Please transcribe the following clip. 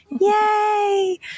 Yay